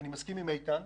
מסכים עם איתן,